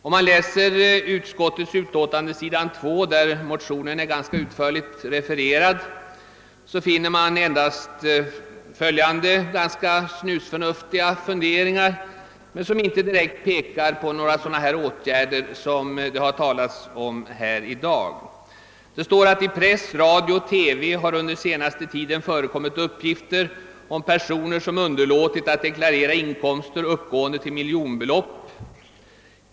Om man läser utskottets utlåtande på s. 2, där motionen är ganska utförligt refererad, finner man följande ganska snusförnuftiga funderingar, vilka inte direkt pekar på några sådana åtgärder som det talats om här i dag. Det heter: »I press, radio och TV har under senaste tiden förekommit uppgifter om personer som underlåtit att deklarera inkomster uppgående till miljonbelopp.